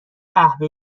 قهوه